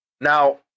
Now